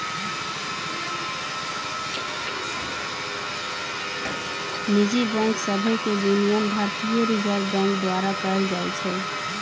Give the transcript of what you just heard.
निजी बैंक सभके विनियमन भारतीय रिजर्व बैंक द्वारा कएल जाइ छइ